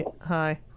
hi